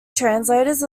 translators